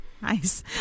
Nice